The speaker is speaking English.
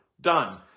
Done